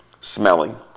smelling